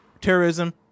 terrorism